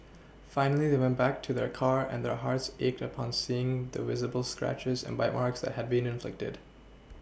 finally they went back to their car and their hearts ached upon seeing the visible scratches and bite marks that had been inflicted